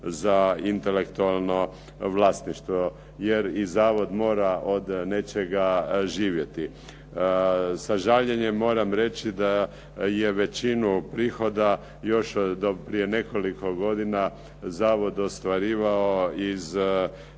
za intelektualno vlasništvo, jer i zavod mora od nečega živjeti. Sa žaljenjem moram reći da je većinu prihoda još do prije nekoliko godina zavod ostvarivao iz